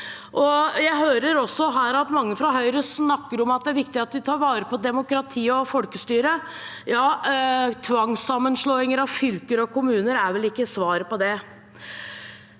mange fra Høyre som her snakker om at det er viktig at vi tar vare på demokratiet og folkestyret. Tvangssammenslåing av fylker og kommuner er vel ikke svaret på det.